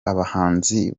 abahanzi